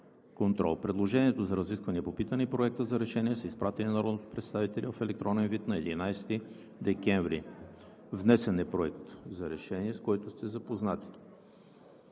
контрол. Предложението за разискване по питане и Проекта за решение са изпратени на народните представители в електронен вид на 11 декември. Внесен е Проект за решение, с който сте запознати.